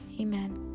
Amen